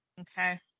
Okay